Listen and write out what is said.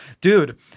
dude